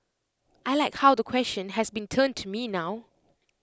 I Like how the question has been turned to me now